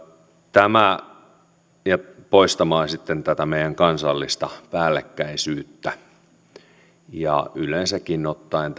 ja poistamaan tätä meidän kansallista päällekkäisyyttä yleensäkin ottaen